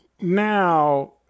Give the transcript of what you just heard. now